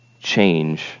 change